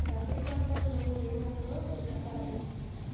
రబీ పంటలను ఏ నెలలో విత్తుతారు?